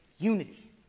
unity